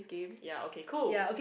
ya okay cool